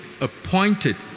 appointed